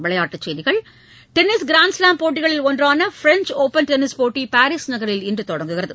விளையாட்டுச்செய்திகள் tennis grand slam போட்டிகளில் ஒன்றான பிரெஞ்ச் ஒப்பன் டென்னிஸ் போட்டிகள் பாரீஸ் நகரில் இன்று தொடங்குகிறது